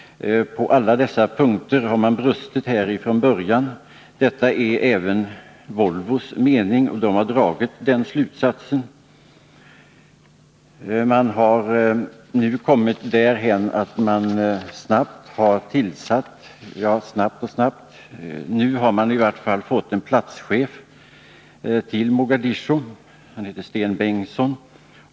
På alla dessa punkter har det brustit redan från början. Även Volvo har dragit den slutsatsen. Man har nu kommit därhän att man tillsatt en platschef i Mogadiscio, Sten Bengtsson.